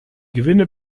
gewinne